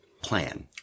plan